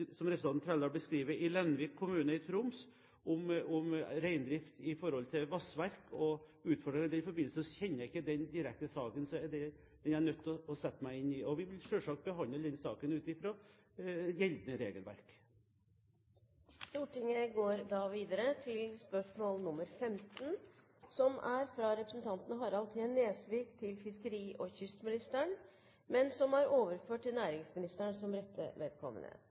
representanten Trældal beskriver i Lenvik kommune i Troms, om reindrift i forhold til vannverk og utfordringer i den forbindelse, kjenner jeg ikke den saken direkte, så jeg er nødt til å sette meg inn i den. Vi vil selvsagt behandle den saken ut fra gjeldende regelverk. Dette spørsmålet, fra representanten Harald T. Nesvik til fiskeri- og kystministeren, vil bli besvart av næringsministeren som rette vedkommende. Jeg har følgende spørsmål til næringsministeren: «Det pågår nå en debatt knyttet til hvilken godkjenning som